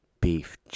Beef